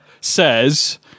says